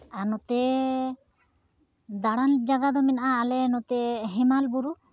ᱟᱨ ᱱᱚᱛᱮ ᱫᱟᱬᱟᱱ ᱡᱟᱭᱜᱟ ᱫᱚ ᱢᱮᱱᱟᱜᱼᱟ ᱟᱞᱮ ᱱᱚᱛᱮ ᱦᱮᱢᱟᱞ ᱵᱩᱨᱩ